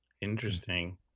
Interesting